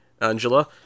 Angela